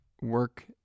work